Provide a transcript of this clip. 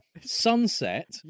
Sunset